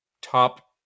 top